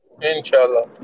Inshallah